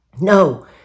No